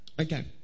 Okay